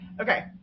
Okay